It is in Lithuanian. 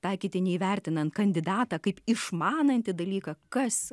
taikytini įvertinant kandidatą kaip išmanantį dalyką kas